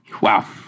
Wow